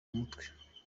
umutwe